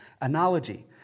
analogy